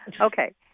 okay